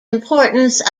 importance